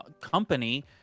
company